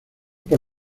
por